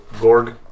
Gorg